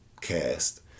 cast